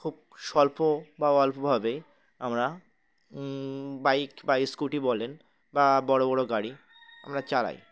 খুব স্বল্প বা অল্পভাবে আমরা বাইক বা স্কুটি বলেন বা বড়ো বড়ো গাড়ি আমরা চালাই